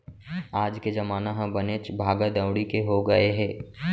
आज के जमाना ह बनेच भागा दउड़ी के हो गए हे